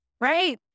Right